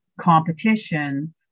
competition